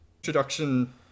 introduction